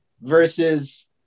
versus